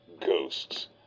ghosts